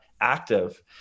active